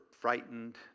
frightened